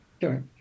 Sure